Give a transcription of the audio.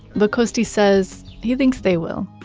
but costis says he thinks they will,